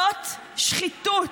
זאת שחיתות.